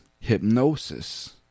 hypnosis